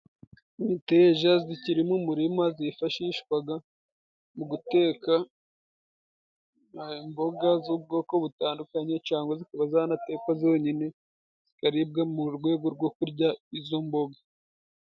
Imiteja zikiri mu murima zifashishwaga mu guteka imboga z'ubwoko butandukanye cangwa zikaba zanatekwa zonyine, zikaribwa mu rwego rwo kurya izo mboga.